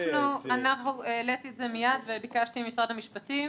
העליתי מיד, ביקשתי ממשרד המשפטים